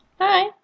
Hi